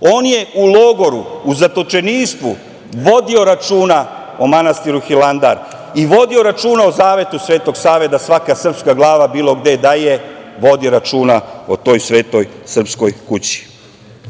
On je u logoru u zatočeništvu vodio računa o manastiru Hilandar i vodio računa o zavetu Svetog Save da svaka srpska glava bilo gde da je vodi računa o toj svetoj srpskoj kući. Ko